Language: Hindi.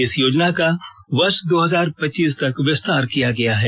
इस योजना का वर्ष दो हजार पच्चीस तक विस्तार किया गया है